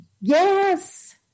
Yes